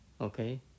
Okay